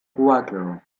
cuatro